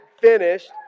finished